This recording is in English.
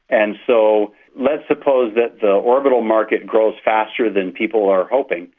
and so let's suppose that the orbital market grows faster than people are hoping,